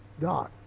God